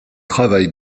travaille